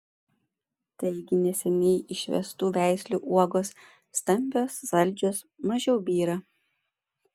taigi neseniai išvestų veislių uogos stambios saldžios mažiau byra